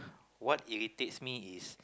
what irritates me is